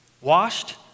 washed